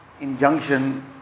injunction